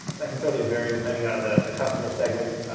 that can certainly vary depending on the the customer segment.